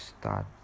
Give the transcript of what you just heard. start